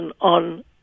on